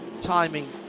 timing